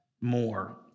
more